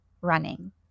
running